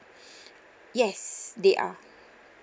yes they are